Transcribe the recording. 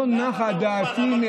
לא נחה דעתי.